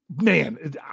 man